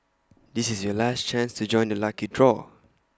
this is your last chance to join the lucky draw